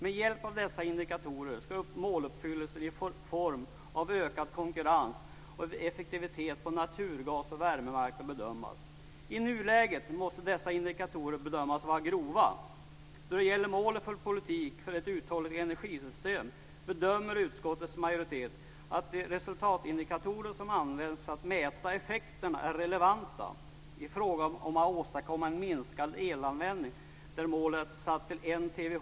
Med hjälp av dessa indikatorer ska måluppfyllelsen, i form av ökad konkurrens och effektivitet på naturgas och värmemarknaden, bedömas. I nuläget måste dessa indikatorer bedömas vara grova. Då det gäller målet för en politik för ett uthålligt energisystem bedömer utskottets majoritet att de resultatindikatorer som används för att mäta effekten är relevanta i fråga om att åstadkomma en minskad elanvändning. Målet är satt till 1 TWh.